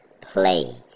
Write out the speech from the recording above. play